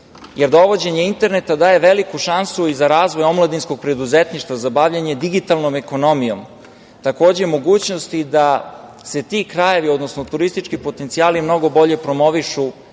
jer dovođenje interneta daje veliku šansu za razvoj omladinskog preduzetništva, za bavljenje digitalnom ekonomijom. Takođe, mogućnosti da se ti krajevi, odnosno turistički potencijali mnogo bolje promovišu